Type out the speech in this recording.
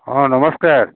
ହଁ ନମସ୍କାର